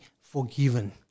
forgiven